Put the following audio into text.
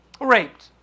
raped